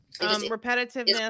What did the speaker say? repetitiveness